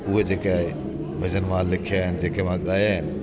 उहे जेके आहिनि भॼन मां लिखिया आहिनि जेके मां ॻाया आहिनि